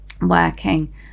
working